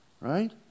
right